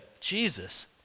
Jesus